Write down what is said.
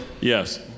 Yes